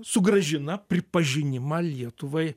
sugrąžina pripažinimą lietuvai